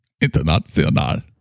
international